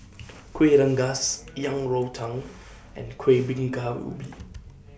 Kuih Rengas Yang Rou Tang and Kuih Bingka Ubi